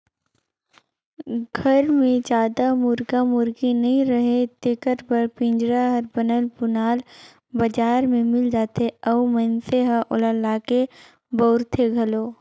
घर मे जादा मुरगा मुरगी नइ रहें तेखर बर पिंजरा हर बनल बुनाल बजार में मिल जाथे अउ मइनसे ह ओला लाके बउरथे घलो